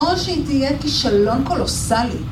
או שהיא תהיה כישלון קולוסלי.